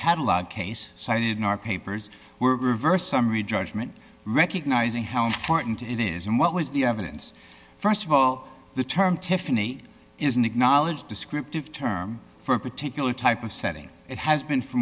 catalogue case cited in our papers were reversed summary judgment recognizing how important it is and what was the evidence st of all the term tiffany is an acknowledged descriptive term for a particular type of setting it has been for